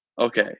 Okay